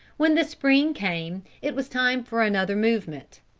when the spring came it was time for another movement.